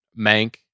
Mank